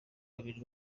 bakiri